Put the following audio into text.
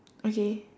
okay